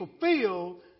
fulfilled